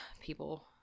people